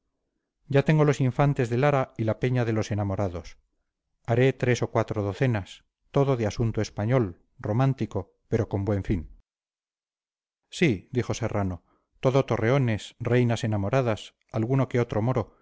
ya tengo los infantes de lara y la peña de los enamorados haré tres o cuatro docenas todo de asunto español romántico pero con buen fin sí dijo serrano todo torreones reinas enamoradas alguno que otro moro